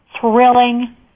thrilling